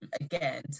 again